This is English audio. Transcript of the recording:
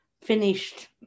finished